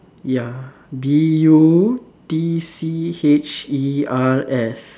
ya B U T C H E R S